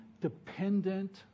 dependent